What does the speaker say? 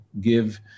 give